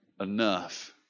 enough